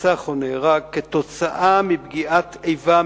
נרצח או נהרג עקב פגיעת איבה,